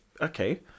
okay